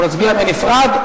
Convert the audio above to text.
אנחנו נצביע בנפרד.